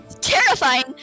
terrifying